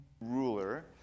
ruler